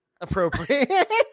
appropriate